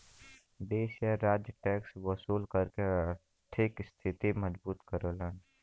देश या राज्य टैक्स वसूल करके आर्थिक स्थिति मजबूत करलन